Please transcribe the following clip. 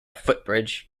footbridge